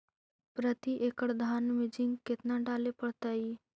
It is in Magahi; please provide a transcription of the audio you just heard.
प्रती एकड़ धान मे जिंक कतना डाले पड़ताई?